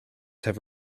have